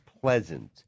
pleasant